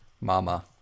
Mama